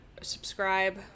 subscribe